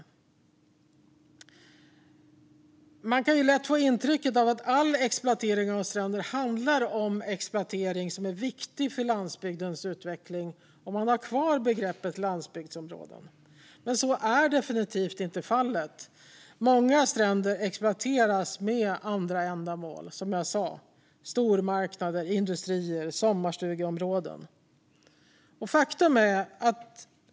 Men om man har kvar begreppet landsbygdsområde kan man lätt få intrycket att all exploatering av stränder handlar om exploatering som är viktig för landsbygdens utveckling. Men så är definitivt inte fallet. Många stränder exploateras för andra ändamål. Det kan som sagt vara stormarknader, industrier och sommarstugeområden.